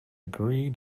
agree